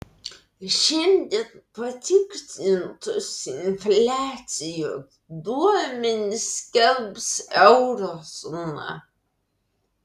šiandien patikslintus infliacijos duomenis skelbs euro zona